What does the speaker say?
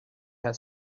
her